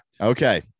Okay